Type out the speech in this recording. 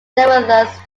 nevertheless